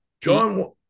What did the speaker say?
John